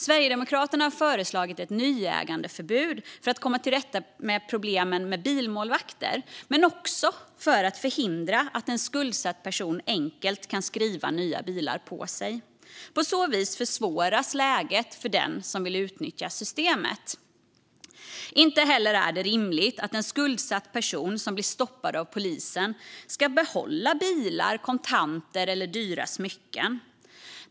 Sverigedemokraterna har föreslagit ett nyägandeförbud för att komma till rätta med problemen med bilmålvakter men också för att förhindra att den som är skuldsatt enkelt kan skriva nya bilar på sig. På så vis försvåras läget för den som vill utnyttja systemet. Inte heller är det rimligt att en skuldsatt person som blir stoppad av polisen ska få behålla bilar, kontanter eller dyra smycken.